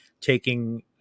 taking